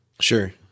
Sure